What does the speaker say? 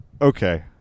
Okay